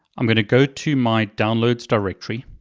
i'm gonna go to my downloads directory,